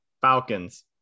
Falcons